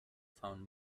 found